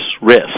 risk